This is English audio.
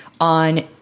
On